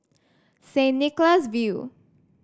Saint Nicholas View